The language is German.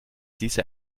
diese